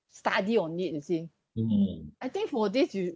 study on need you see I think for this you